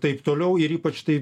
taip toliau ir ypač tai